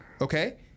okay